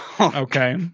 Okay